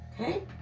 okay